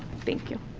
thank you.